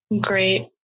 great